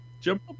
jump